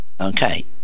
okay